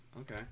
okay